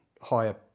higher